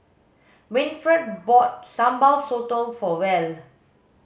Winfred bought sambal sotong for Val